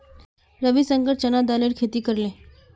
रविशंकर चना दालेर खेती करले